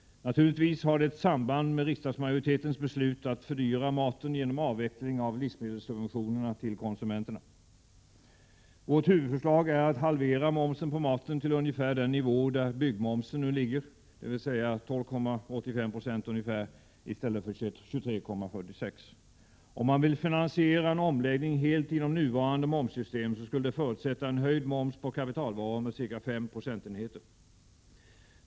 Naturligtvis har det ett samband med riksdagsmajoritetens beslut att fördyra maten genom avveckling av livsmedelssubventionerna till konsumenterna. Vårt huvudförslag är att halvera momsen på maten till ungefär den nivå där byggmomsen nu ligger, dvs. 12,85 9 i stället för 23,46 26. Om man vill finansiera en omläggning helt inom nuvarande momssystem så skulle det förutsätta en höjd moms på kapitalvaror med ca 5 procentenheter.